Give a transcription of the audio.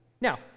Now